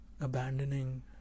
abandoning